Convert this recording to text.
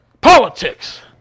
politics